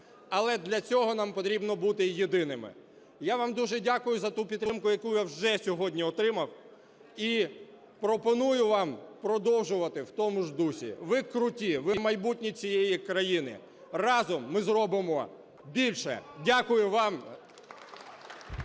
Але для цього нам потрібно бути єдиними. Я вам дуже дякую за ту підтримку, яку я вже сьогодні отримав, і пропоную вам продовжувати в тому ж дусі. Ви круті, ви – майбутнє цієї країни. Разом ми зробимо більше. Дякую вам.